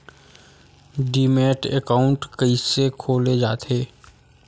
Demat account कइसे खोले जाथे?